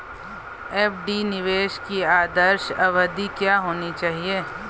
FD निवेश की आदर्श अवधि क्या होनी चाहिए?